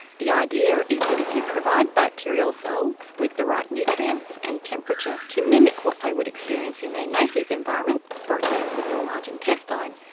the idea is that if you provide bacterial cells with the right nutrients and temperature to mimic what they would experience in their native environment, for example your large intestine,